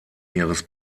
ihres